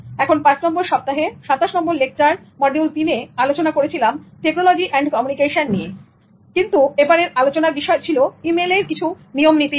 এখন 5 নম্বর সপ্তাহে 27 নম্বর লেকচার মডিউল 3 এ আলোচনা করেছিলাম টেকনোলজি অ্যন্ড কমিউনিকেশন নিয়ে কিন্তু এবারে আলোচনার বিষয় ছিল ই মেইলের কিছু নিয়ম নীতি নিয়ে